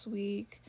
week